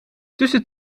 tussen